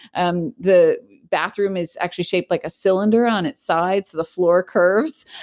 and the bathroom is actually shaped like a cylinder on its side, so the floor curves,